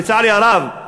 לצערי הרב,